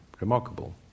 Remarkable